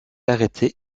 arrêté